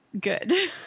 Good